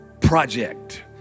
project